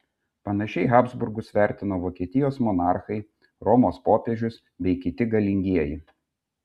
panašiai habsburgus vertino vokietijos monarchai romos popiežius bei kiti galingieji